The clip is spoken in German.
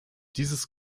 dieses